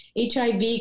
HIV